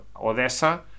Odessa